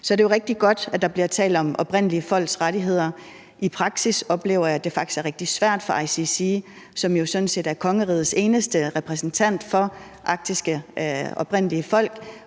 Så er det jo rigtig godt, at der bliver talt om oprindelige folks rettigheder. I praksis oplever jeg, at det faktisk er rigtig svært for ICC, som jo sådan set er kongerigets eneste repræsentant for arktiske oprindelige folk,